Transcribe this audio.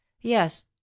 yes